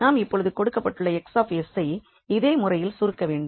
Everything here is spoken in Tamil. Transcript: நாம் இப்பொழுது கொடுக்கப்பட்டுள்ள 𝑋𝑠ஐ இதே முறையில் சுருக்க வேண்டும்